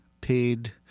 paid